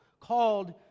called